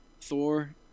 Thor